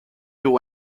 you